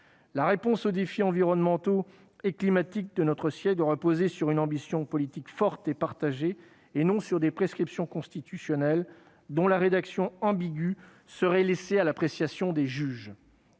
La réponse aux défis environnementaux et climatiques de notre siècle doit reposer sur une ambition politique forte et partagée et non sur des prescriptions constitutionnelles dont la rédaction ambiguë serait laissée à l'appréciation des juges.